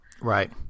Right